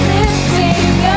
Lifting